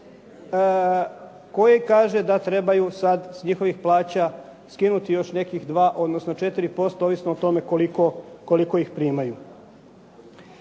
koje kaže da trebaju sad s njihovih plaća skinuti još nekih 2, odnosno 4%, ovisno o tome koliko ih primaju.